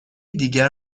دیگر